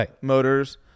motors